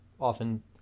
often